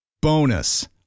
Bonus